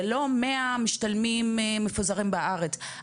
זה לא 100 משתלמים מפוזרים בארץ,